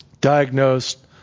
diagnosed